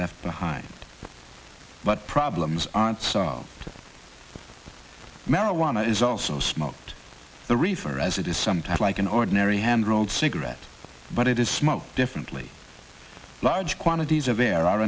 left behind but problems aren't solved marijuana is also smoked the reefer as it is sometimes like an ordinary hand rolled cigarette but it is smoked differently large quantities of